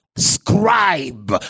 Scribe